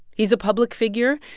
he's a public figure.